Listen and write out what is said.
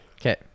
Okay